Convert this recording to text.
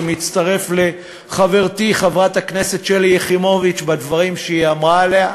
ומצטרף לחברתי חברת הכנסת שלי יחימוביץ בדברים שהיא אמרה עליה,